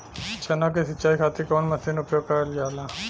चना के सिंचाई खाती कवन मसीन उपयोग करल जाला?